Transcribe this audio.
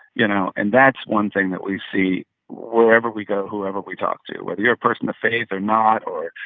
you know? and that's one thing that we see wherever we go, whoever we talk to whether you're a person of faith or not or,